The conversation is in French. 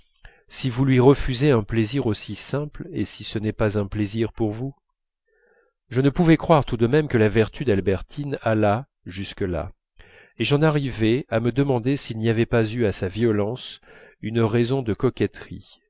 si vous lui refusez un plaisir aussi simple et si ce n'est pas un plaisir pour vous je ne pouvais croire tout de même que la vertu d'albertine allât jusque-là et j'en arrivais à me demander s'il n'y avait pas eu à sa violence une raison de coquetterie